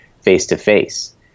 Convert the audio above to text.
face-to-face